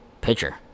pitcher